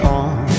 on